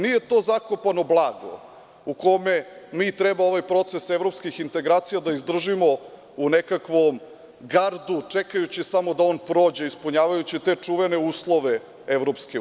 Nije to zakopano blago u kome mi treba ovaj proces evropskih integracija da izdržimo u nekakvom gardu, čekajući samo da on prođe, ispunjavajući te čuvene uslove EU.